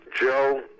Joe